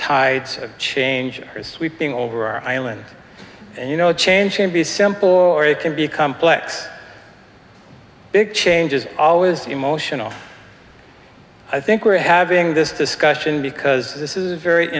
tides of change are sweeping over our island and you know change can be simple or it can be complex big changes always emotional i think we're having this discussion because this is a very